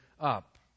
up